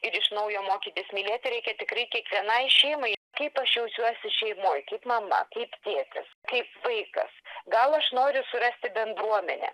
ir iš naujo mokytis mylėti reikia tikri kiekvienai šeimai kaip aš jaučiuosi šeimoj kaip mama kaip tėtis kaip vaikas gal aš noriu surasti bendruomenę